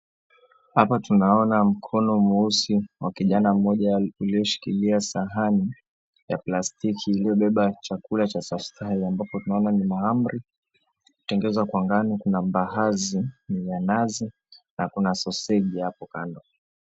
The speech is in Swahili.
Hapa tunaona mkono mweusi wa kijana mmoja ulioshikilia sahani ya plastiki iliobeba chakula cha statftahi ambapo tunaona ni mahamri iliotengezwa kwa ngano, kuna mbaazi yenye nazi na kuna soseji hapo kando.